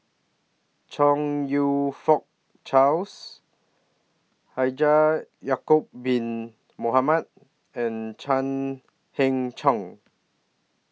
Chong YOU Fook Charles Haji Ya'Acob Bin Mohamed and Chan Heng Chee